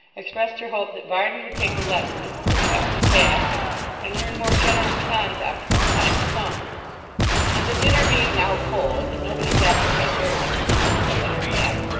expressed her hope that varden would take a lesson from what had passed and learn more generous conduct for the time to come and the dinner being now cold and nobody's appetite very much improved by what had passed,